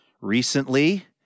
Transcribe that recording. recently